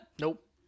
Nope